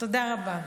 תודה רבה.